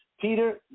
Peter